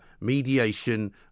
mediation